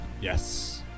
yes